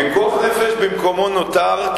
פיקוח הנפש במקומו נותר,